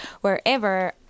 wherever